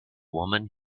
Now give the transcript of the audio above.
woman